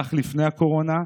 כך לפני הקורונה,